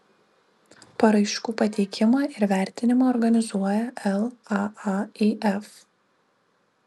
paraiškų pateikimą ir vertinimą organizuoja laaif